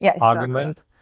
argument